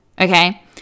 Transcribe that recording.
Okay